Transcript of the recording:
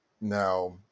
Now